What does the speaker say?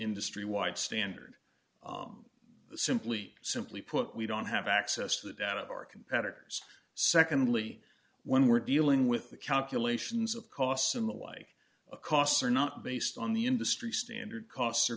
industry wide standard simply simply put we don't have access to the data of our competitors secondly when we're dealing with the calculations of costs and the like a costs are not based on the industry standard costs are